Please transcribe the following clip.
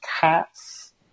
cats